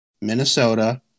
Minnesota